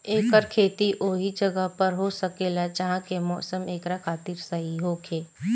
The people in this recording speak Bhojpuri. एकर खेती ओहि जगह पर हो सकेला जहा के मौसम एकरा खातिर सही होखे